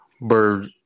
Bird